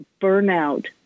burnout